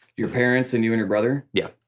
your parents and you and your brother? yeah.